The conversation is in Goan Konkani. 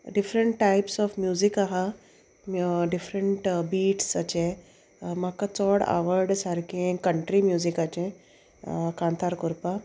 डिफरंट टायप्स ऑफ म्युजीक आहा डिफरंट बिट्साचे म्हाका चड आवड सारकें कंट्री म्युजिकाचें कांतार कोरपा